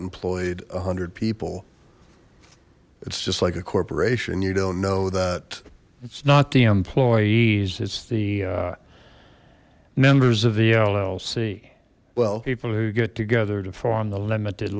employed a hundred people it's just like a corporation you don't know that it's not the employees it's the members of the llc well people who get together to form the limited